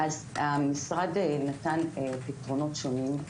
המשרד נתן פתרונות שונים,